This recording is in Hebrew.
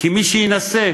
שמי שינסה